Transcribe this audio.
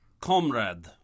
comrade